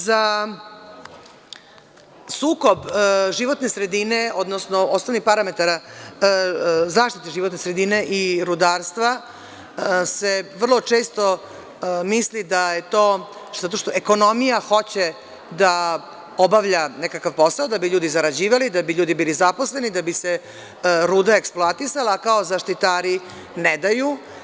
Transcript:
Za sukob životne sredine, odnosno osnovnih parametara zaštite životne sredine i rudarstva se vrlo često misli da je to zato što ekonomija hoće da obavlja nekakav posao da bi ljudi zarađivali, da bi ljudi bili zaposleni, da bi se ruda eksploatisala, kao zaštitari ne daju.